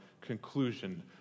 conclusion